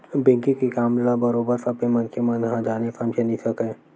banking के काम ल बरोबर सब्बे मनखे मन ह जाने समझे नइ सकय